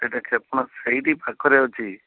ଏଇଟା କ୍ଷପଣା ସେଇଠି ପାଖରେ ଅଛି